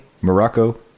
Morocco